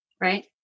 right